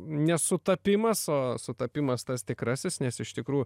ne sutapimas o sutapimas tas tikrasis nes iš tikrų